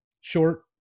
short